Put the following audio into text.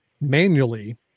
manually